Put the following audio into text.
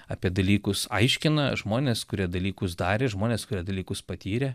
apie dalykus aiškina žmonės kurie dalykus darė žmonės kurie dalykus patyrė